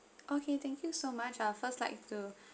okay thank you so much I'll first like to